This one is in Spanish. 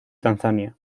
tanzania